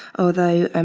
although